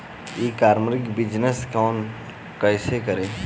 ई commerce business कैसे करें?